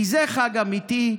כי זה חג אמיתי,